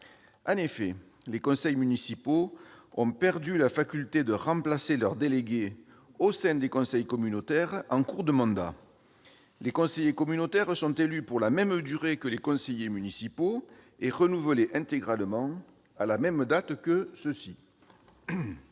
En effet, les conseils municipaux ont perdu la faculté de remplacer leurs délégués au sein des conseils communautaires en cours de mandat : les conseillers communautaires sont élus pour la même durée que les conseillers municipaux et renouvelés intégralement à la même date que ceux-ci.